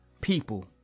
people